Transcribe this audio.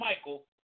Michael